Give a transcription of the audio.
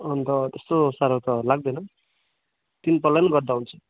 अन्त त्यस्तो साह्रो त लाग्दैन तिन पल्ला पनि गर्दा हुन्छ